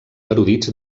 erudits